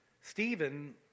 Stephen